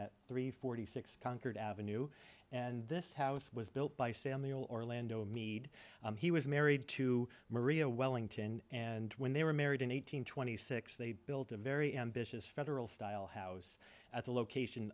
at three forty six concord avenue and this house was built by samuel orlando mead he was married to maria wellington and when they were married in one thousand twenty six they built a very ambitious federal style house at the location